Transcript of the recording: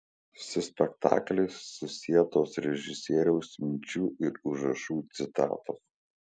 su spektakliais susietos režisieriaus minčių ir užrašų citatos